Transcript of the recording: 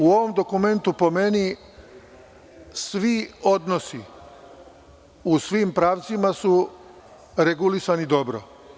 U ovom dokumentu po meni svi odnosi u svim pravcima su regulisani dobro.